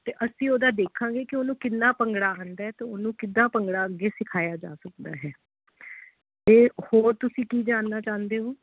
ਅਤੇ ਅਸੀਂ ਉਹਦਾ ਦੇਖਾਂਗੇ ਕਿ ਉਹਨੂੰ ਕਿੰਨਾ ਭੰਗੜਾ ਆਉਂਦਾ ਅਤੇ ਉਹਨੂੰ ਕਿੱਦਾਂ ਭੰਗੜਾ ਅੱਗੇ ਸਿਖਾਇਆ ਜਾ ਸਕਦਾ ਹੈ ਅਤੇ ਹੋਰ ਤੁਸੀਂ ਕੀ ਜਾਣਨਾ ਚਾਹੁੰਦੇ ਹੋ